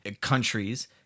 countries